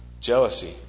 Jealousy